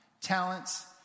talents